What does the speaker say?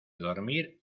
dormir